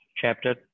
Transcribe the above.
chapter